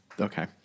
Okay